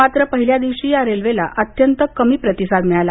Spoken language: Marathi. मात्र पहिल्या दिवशी या रेल्वेला अत्यंत कमी प्रतिसाद मिळाला